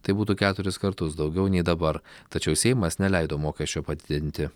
tai būtų keturis kartus daugiau nei dabar tačiau seimas neleido mokesčio padidinti